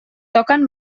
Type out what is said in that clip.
toquen